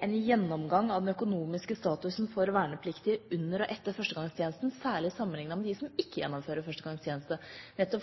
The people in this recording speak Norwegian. gjennomgang av den økonomiske statusen for vernepliktige under og etter førstegangstjenesten, særlig sammenlignet med dem som ikke gjennomfører førstegangstjenesten,